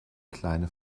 kleine